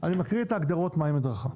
אני מקריא את ההגדרה מהי מדרכה: